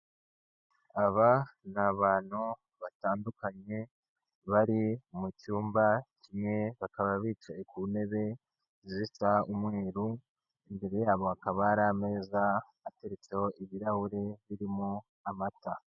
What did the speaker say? Aba ni abantu batandukanye bari mu cyumba kimwe bakaba bicaye ku ntebe zisa umweru, imbere yabo hakaba hari ameza ateretseho ibirahure birimo amata.